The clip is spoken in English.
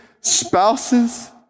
spouses